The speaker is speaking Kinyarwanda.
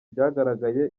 byagaragaye